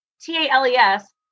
T-A-L-E-S